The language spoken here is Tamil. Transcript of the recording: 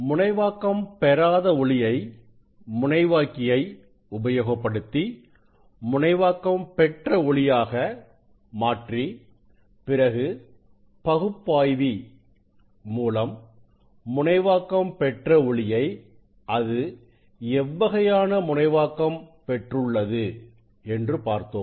முனைவாக்கம் பெறாத ஒளியை முனைவாக்கியை உபயோகப்படுத்தி முனைவாக்கம் பெற்ற ஒளியாக மாற்றி பிறகு பகுப்பாய்வி மூலம் முனைவாக்கம் பெற்ற ஒளியை அது எவ்வகையான முனைவாக்கம் பெற்றுள்ளது என்று பார்த்தோம்